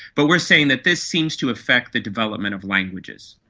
but we are saying that this seems to affect the development of languages.